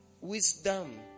wisdom